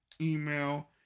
email